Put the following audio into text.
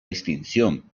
extinción